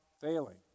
failing